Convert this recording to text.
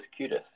cutis